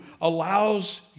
allows